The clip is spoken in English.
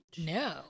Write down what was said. No